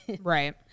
Right